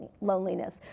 loneliness